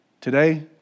Today